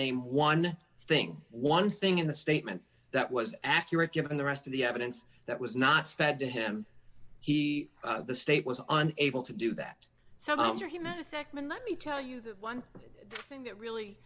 name one thing one thing in the statement that was accurate given the rest of the evidence that was not said to him he of the state was an able to do that so i'm sure he meant a nd let me tell you the one thing that really